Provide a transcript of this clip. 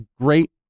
great